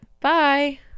bye